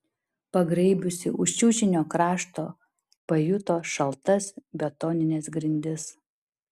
pagraibiusi už čiužinio krašto pajuto šaltas betonines grindis